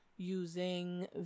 Using